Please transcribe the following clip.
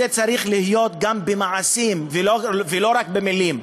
זה צריך להיות גם במעשים ולא רק במילים,